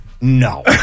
No